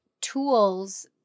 tools